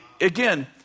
Again